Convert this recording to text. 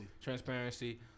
transparency